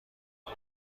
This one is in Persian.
مرا